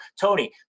Tony